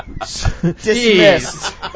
dismissed